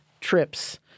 trips